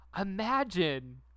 imagine